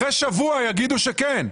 אחרי שבוע יגידו שכן.